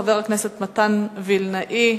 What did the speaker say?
חבר הכנסת מתן וילנאי.